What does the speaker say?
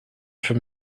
for